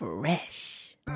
fresh